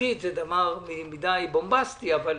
זה מדי בומבסטי, אבל